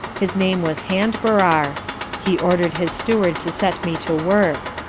his name was handbarar he ordered his steward to set me to work.